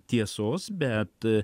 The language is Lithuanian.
tiesos bet